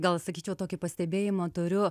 gal sakyčiau tokį pastebėjimą turiu